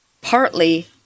partly